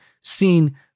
seen